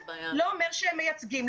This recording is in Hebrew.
לא אומר שהם מייצגים.